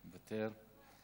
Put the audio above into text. מוותר.